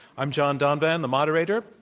i'm john donvan, the moderator,